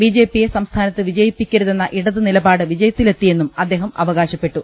ബിജെപിയെ സംസ്ഥാനത്ത് വിജയിപ്പിക്കരുതെന്ന ഇടതുനിലപാട് വിജയത്തി ലെത്തിയെന്നും അദ്ദേഹം അവകാശപ്പെട്ടു